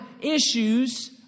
issues